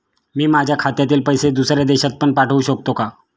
मी माझ्या खात्यातील पैसे दुसऱ्या देशात पण पाठवू शकतो का?